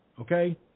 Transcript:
Okay